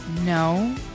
no